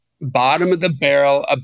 bottom-of-the-barrel